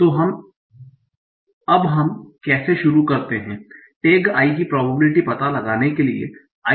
तो अब हम कैसे शुरू करते हैं टैग i की प्रोबेबिलिटी पता लगाने के लिए i